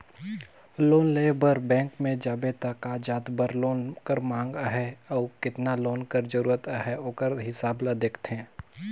loan लेय बर bank में जाबे त का जाएत बर लोन कर मांग अहे अउ केतना लोन कर जरूरत अहे ओकर हिसाब ले देखथे